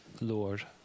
Lord